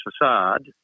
facade